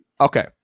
okay